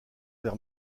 vers